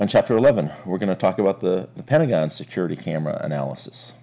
and chapter eleven we're going to talk about the pentagon security camera analysis